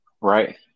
Right